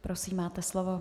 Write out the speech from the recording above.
Prosím, máte slovo.